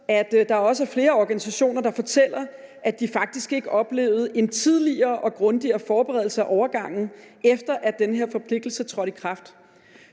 at der også er flere organisationer, der fortæller, at de faktisk ikke oplevede en tidligere og grundigere forberedelse af overgangen, efter at den her forpligtelse trådte i kraft.